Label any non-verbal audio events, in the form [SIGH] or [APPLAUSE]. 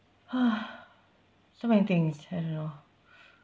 !huh! so many things I don't know [BREATH]